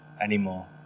anymore